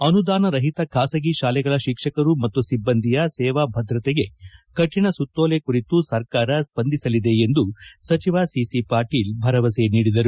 ಅನುದಾನರಹಿತ ಖಾಸಗಿ ಶಾಲೆಗಳ ಶಿಕ್ಷಕರು ಮತ್ತು ಸಿಬ್ಬಂದಿಯ ಸೇವಾ ಭದ್ರತೆಗೆ ಕರಿಣ ಸುತ್ತೋಲೆ ಕುರಿತು ಸರ್ಕಾರ ಸ್ಪಂದಿಸಲಿದೆ ಎಂದು ಸಚಿವ ಸಿಸಿಪಾಟೀಲ್ ಭರವಸೆ ನೀಡಿದರು